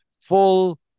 Full